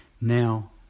now